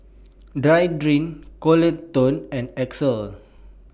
Deirdre Coleton and Axel